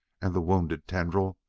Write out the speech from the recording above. and the wounded tendril,